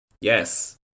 yes